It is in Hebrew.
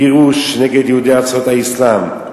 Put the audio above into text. גירוש יהודי ארצות האסלאם.